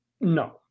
no